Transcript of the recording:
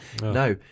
Now